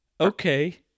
Okay